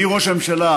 מראש הממשלה